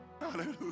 Hallelujah